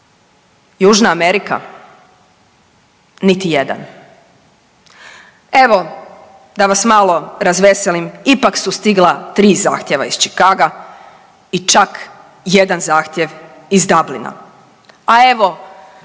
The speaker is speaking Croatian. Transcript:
Južna Amerika niti jedan. Evo da vas malo razveselim ipak su stigla tri zahtjeva iz Chicaga i čak jedan zahtjev iz Dublina.